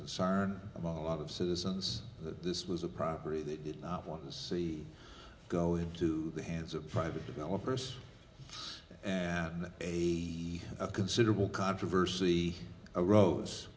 concern among a lot of citizens that this was a property they did not want to see go into the hands of private developers and a considerable controversy arose